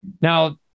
now